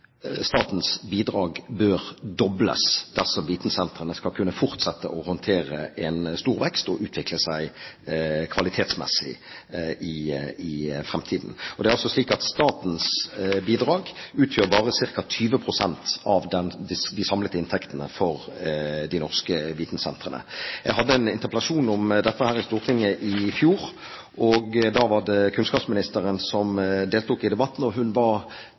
statens bidrag bør dobles dersom vitensentrene skal kunne fortsette å håndtere en stor vekst og utvikle seg kvalitetsmessig i fremtiden. Det er altså slik at statens bidrag utgjør bare ca. 20 pst. av de samlede inntektene for de norske vitensentrene. Jeg hadde en interpellasjon om dette i Stortinget i fjor. Da var det kunnskapsministeren som deltok i debatten, og hun var